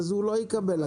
אז הוא לא יקבל הנחה.